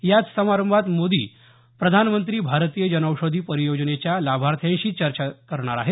याच समारंभात मोदी प्रधानमंत्री भारतीय जनौषधी परियोजनेच्या लाभाथ्यांशी चर्चादेखील करणार आहेत